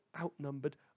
outnumbered